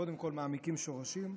קודם כול מעמיקים שורשים,